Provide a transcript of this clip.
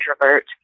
introvert